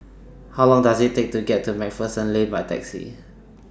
How Long Does IT Take to get to MacPherson Lane By Taxi